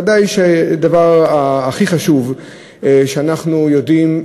ודאי שהדבר הכי חשוב שאנחנו יודעים,